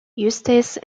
eustace